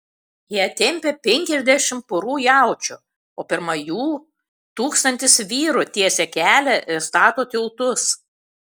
ją tempia penkiasdešimt porų jaučių o pirma jų tūkstantis vyrų tiesia kelią ir stato tiltus